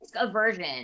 aversion